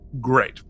great